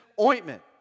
ointment